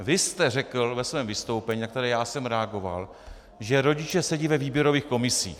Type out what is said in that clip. Vy jste řekl ve svém vystoupení, na které já jsem reagoval, že rodiče sedí ve výběrových komisích.